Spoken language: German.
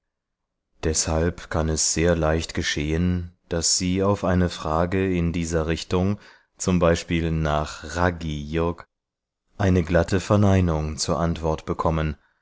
deshalb kann es sehr leicht geschehen daß sie auf eine frage in dieser richtung zum beispiel nach raggi yog eine glatte verneinung zur antwort bekommen